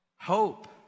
hope